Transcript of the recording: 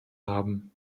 haben